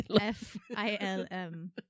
F-I-L-M